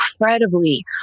incredibly